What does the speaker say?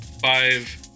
five